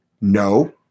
no